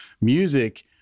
music